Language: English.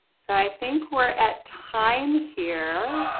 so i think we are at time here.